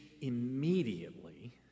immediately